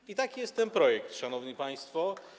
I taki jest ten projekt, szanowni państwo.